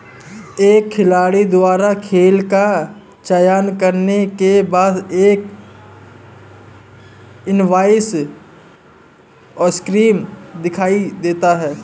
एक खिलाड़ी द्वारा खेल का चयन करने के बाद, एक इनवॉइस ऑनस्क्रीन दिखाई देता है